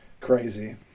Crazy